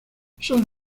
son